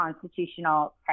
constitutional